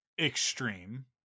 extreme